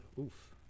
Oof